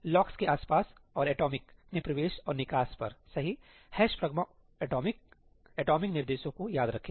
locks के आसपास और एटॉमिक में प्रवेश और निकास पर सही' pragma omp atomic' एटॉमिक निर्देशों को याद रखें